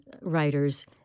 writers